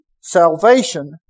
salvation